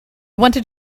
wanted